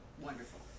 wonderful